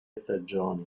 stagioni